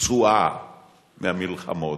פצועה מהמלחמות,